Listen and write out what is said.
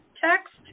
text